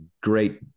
great